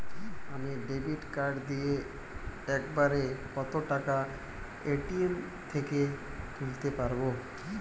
আমি debit card দিয়ে এক বারে কত টাকা এ.টি.এম থেকে তুলতে পারবো?